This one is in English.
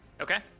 Okay